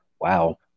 Wow